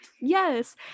yes